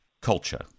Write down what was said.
culture